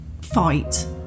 fight